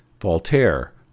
Voltaire